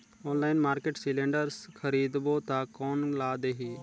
Online market cylinder खरीदबो ता कोन ला देही?